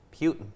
Putin